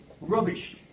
rubbish